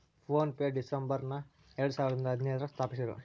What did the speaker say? phone ಪೆನ December ಎರಡಸಾವಿರದ ಹದಿನೈದ್ರಾಗ ಸ್ಥಾಪಿಸಿದ್ರು